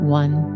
one